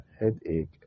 headache